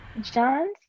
John's